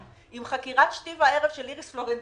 עם חקירת שתי וערב של איריס פלורנטין,